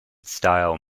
style